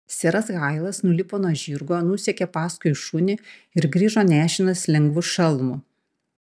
seras hailas nulipo nuo žirgo nusekė paskui šunį ir grįžo nešinas lengvu šalmu